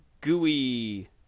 gooey